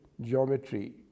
geometry